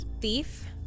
thief